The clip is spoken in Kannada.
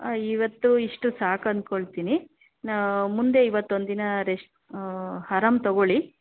ಹಾಂ ಇವತ್ತು ಇಷ್ಟು ಸಾಕನ್ಕೊಳ್ತಿನಿ ಹಾಂ ಮುಂದೆ ಇವತ್ತೊಂದಿನ ರೆಸ್ ಆರಾಮ ತಗೊಳ್ಳಿ